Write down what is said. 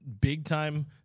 big-time